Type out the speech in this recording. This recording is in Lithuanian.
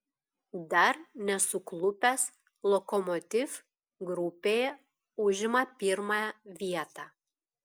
dar nesuklupęs lokomotiv grupėje užima pirmąją vietą